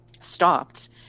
stopped